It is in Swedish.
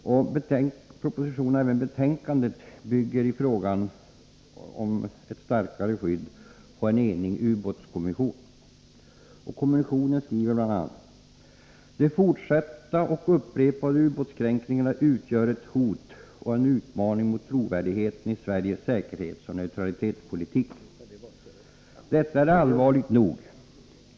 Propositionen och även Grundläggande betänkandet bygger i frågan om ett starkare skydd på en enig inriktning av ubåtsubåtsskyddskommission. Kommissionen skriver bl.a.: skyddet ”De fortsatta och upptrappade ubåtskränkningarna utgör ett hot och en utmaning mot trovärdigheten i Sveriges säkerhetsoch neutralitetspolitik. Detta är allvarligt nog.